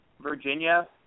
Virginia